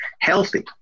healthy